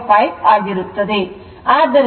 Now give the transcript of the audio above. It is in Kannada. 5 ಆಗಿರುತ್ತದೆ ಆದ್ದರಿಂದ 30